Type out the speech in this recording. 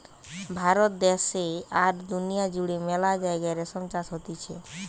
ভারত দ্যাশে আর দুনিয়া জুড়ে মেলা জাগায় রেশম চাষ হতিছে